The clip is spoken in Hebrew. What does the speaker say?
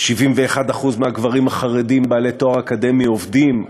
71% מהגברים החרדים בעלי תואר אקדמי עובדים,